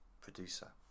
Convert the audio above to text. producer